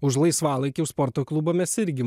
už laisvalaikį už sporto klubą mes irgi